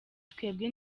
twebwe